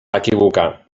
equivocar